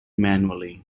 manually